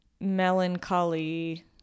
melancholy